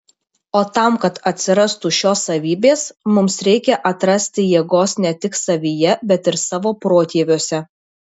o tam kad atsirastų šios savybės mums reikia atrasti jėgos ne tik savyje bet ir savo protėviuose